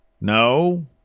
No